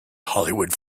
hollywood